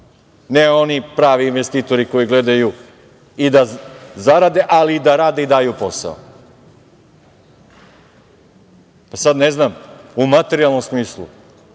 ne oni pravi investitori koji gledaju i da zarade, ali i da rade i daju posao. Sad, ne znam, u materijalnom smislu,